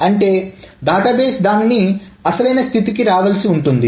అంటే డేటాబేస్ దాని యొక్క అసలైన స్థితికి రావాల్సి ఉంటుంది